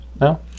No